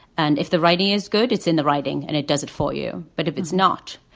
and if the writing is good, it's in the writing and it does it for you. but if it's not,